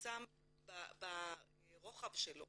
ומצומצם מאוד ברוחב שלו.